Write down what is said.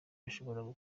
bashobora